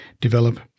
develop